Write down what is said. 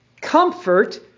Comfort